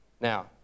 Now